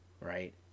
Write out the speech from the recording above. right